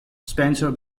spencer